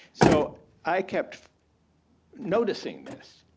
so i kept noticing this.